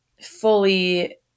fully